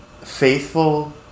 faithful